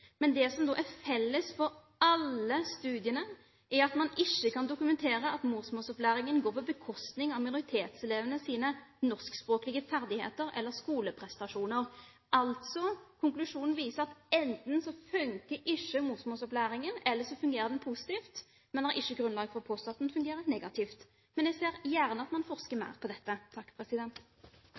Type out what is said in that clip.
Men det som er felles for alle studiene, er at man ikke kan dokumentere at morsmålsopplæringen går på bekostning av minoritetselevenes norskspråklige ferdigheter eller skoleprestasjoner. Konklusjonen viser altså at enten fungerer ikke morsmålsopplæringen, eller så fungerer den positivt, men det er ikke grunnlag for å påstå at den fungerer negativt. Men jeg ser gjerne at man forsker mer på dette.